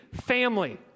family